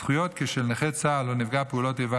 הזכויות של נכה צה"ל או נפגע פעולות איבה